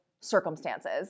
circumstances